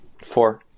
Four